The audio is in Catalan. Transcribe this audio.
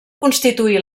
constituir